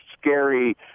scary